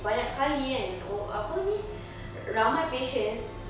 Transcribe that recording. banyak kali kan oh apa ni ramai patients